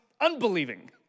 unbelieving